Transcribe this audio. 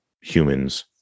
humans